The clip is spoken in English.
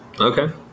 Okay